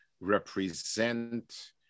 represent